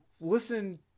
listen